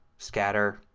scatter,